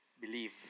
believe